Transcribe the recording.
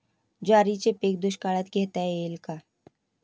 ज्वारीचे पीक दुष्काळात घेता येईल का?